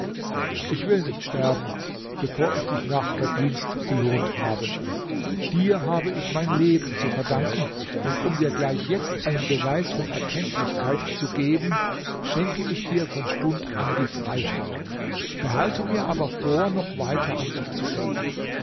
ich will nicht sterben bevor ich dich nach verdienst belohnt habe dir habe ich mein leben zu verdanken und um dir gleich jetzt einen beweis von erkenntlichkeit zu geben schenke ich dir von stund an die freiheit behalte mir aber vor noch weiter an dich zu denken